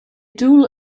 dual